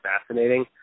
fascinating